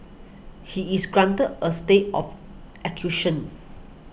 he is granted a stay of execution